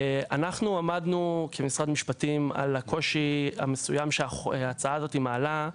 אנחנו עמדנו כמשרד משפטים על הקושי המסוים שההצעה הזאת מעלה.